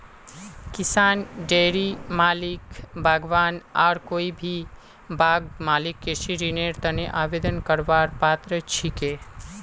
किसान, डेयरी मालिक, बागवान आर कोई भी बाग मालिक कृषि ऋनेर तने आवेदन करवार पात्र छिके